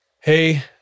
hey